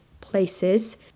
places